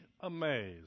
amazed